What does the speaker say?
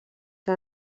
que